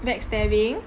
backstabbing